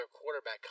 quarterback